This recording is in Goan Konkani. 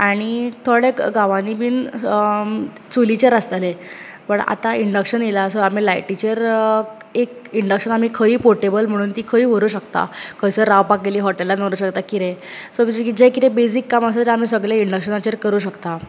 आनी थोडे क गांवानी बीन चुलिचेर आसताले पूण आतां इंडक्शन येयला सो आमी लायटीचेर एक इंडक्शन आमी खंयूय पोर्टेबल म्हणून ती खंयूय व्हरुंक शकता खंयसर रावपाक गेली हॉटेलांत व्हरुंक शकतात कितेंय सो तुजें जे कितें बेसिक कामां आसा रांदून सगळें इंडक्शनाचेर करुंक शकतात